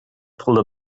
pulled